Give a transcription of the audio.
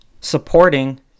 supporting